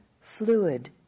fluid